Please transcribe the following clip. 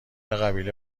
قبیله